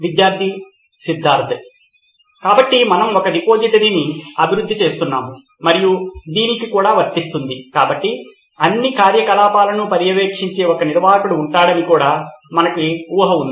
విద్యార్థి సిద్ధార్థ్ కాబట్టి మనము ఒక రిపోజిటరీని అభివృద్ధి చేస్తున్నాము మరియు దీనికి కూడా వర్తిస్తుంది కాబట్టి అన్ని కార్యకలాపాలను పర్యవేక్షించే ఒక నిర్వాహకుడు ఉంటాడని కూడా మనకు ఊహ ఉంది